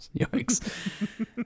yikes